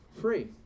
free